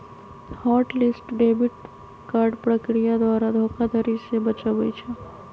hot list debit card प्रक्रिया द्वारा धोखाधड़ी से बचबइ छै